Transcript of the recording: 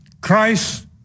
Christ